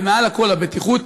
ומעל הכול הבטיחות,